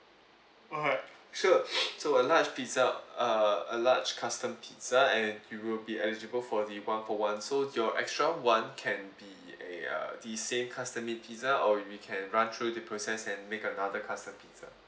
alright sure so a large pizza uh a large custom pizza and you will be eligible for the one for one so your extra one can be a uh the same custom made pizza or we can run through the process and make another custom pizza